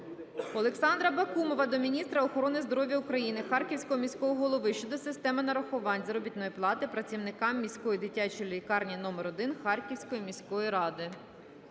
Олександра Бакумова до міністра охорони здоров'я України, Харківського міського голови щодо системи нарахування заробітної плати працівникам Міської дитячої лікарні № 1 Харківської міської ради.